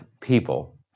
people